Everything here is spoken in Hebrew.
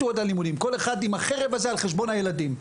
וכל אחד עם החרב הזאת על חשבון הילדים.